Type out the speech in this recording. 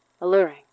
alluring